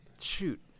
shoot